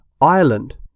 Ireland